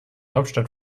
hauptstadt